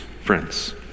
friends